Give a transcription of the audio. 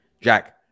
Jack